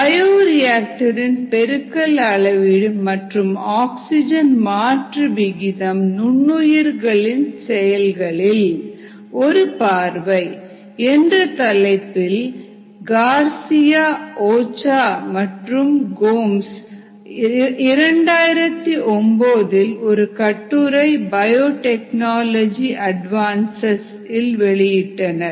"bioreactor இன் பெருக்கல் அளவீடு மற்றும் ஆக்சிஜன் மாற்று விகிதம் நுண்ணுயிர்களின் செயல்களில் ஒரு பார்வை" என்ற தலைப்பில் கார்சியா ஓஷோவா மற்றும் கோம்ஸ் 2009 இல் ஒரு கட்டுரை பயோ டெக்னாலஜி அட்வான்ஸ்சஸ் இல் வெளியிட்டனர்